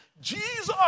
Jesus